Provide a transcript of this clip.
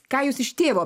ką jūs iš tėvo